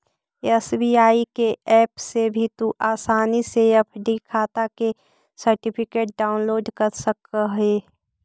SBI के app से भी तू आसानी से एफ.डी खाटा के सर्टिफिकेट डाउनलोड कर सकऽ हे